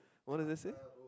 what does it say